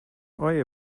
oye